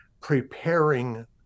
preparing